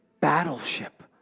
battleship